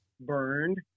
burned